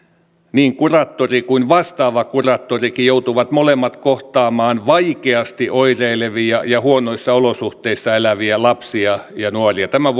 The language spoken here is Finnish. niin kuraattori kuin vastaava kuraattorikin joutuvat molemmat kohtaamaan vaikeasti oireilevia ja huonoissa olosuhteissa eläviä lapsia ja nuoria tämän